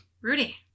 Rudy